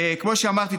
כמו שאמרתי,